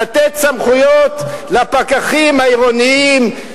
לתת סמכויות לפקחים העירוניים.